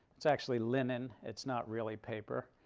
it's actually linen, it's not really paper.